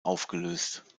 aufgelöst